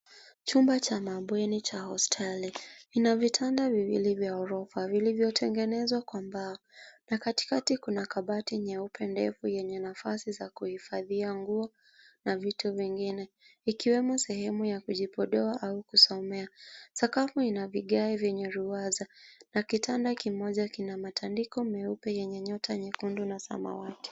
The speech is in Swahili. Chumba cha mabweni cha hosteli kina vitanda viwili vya ghorofa vilivyotengenezwa kwa mbao, na katikati kuna kabati nyeupe ndefu yenye nafasi za kuhifadhia nguo na vitu vingine, ikiwemo sehemu ya kujipodoa au kusomea. Sakafu ina vigae vyenye ruwaza na kitanda kimoja kina matandiko meupe yenye nyota nyekundu na samawati.